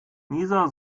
nieser